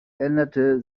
änderte